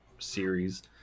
series